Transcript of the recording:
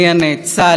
שנה טובה.